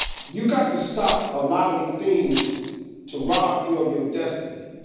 you got to stop allowing things to rob you of your destiny.